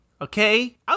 okay